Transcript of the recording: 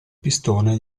pistone